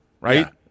right